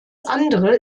andere